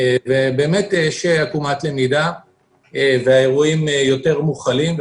ובאמת יש עקומת למידה והאירועים יותר מוכלים,